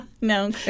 No